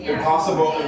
Impossible